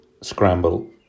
scramble